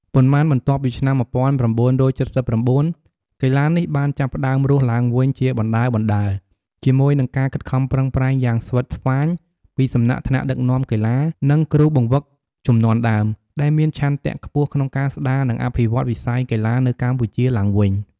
ប៉ុន្តែបន្ទាប់ពីឆ្នាំ១៩៧៩ កីឡានេះបានចាប់ផ្តើមរស់ឡើងវិញជាបណ្តើរៗ ជាមួយនឹងការខិតខំប្រឹងប្រែងយ៉ាងស្វិតស្វាញពីសំណាក់ថ្នាក់ដឹកនាំកីឡា និងគ្រូបង្វឹកជំនាន់ដើម ដែលមានឆន្ទៈខ្ពស់ក្នុងការស្តារ និងអភិវឌ្ឍវិស័យកីឡានៅកម្ពុជាឡើងវិញ ។